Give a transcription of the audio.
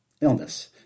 illness